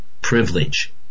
privilege